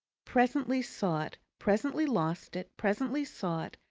presently saw it, presently lost it, presently saw it,